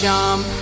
Jump